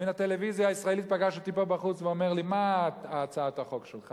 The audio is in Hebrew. מן הטלוויזיה הישראלית פגש אותי פה בחוץ ואומר לי: מה הצעת החוק שלך?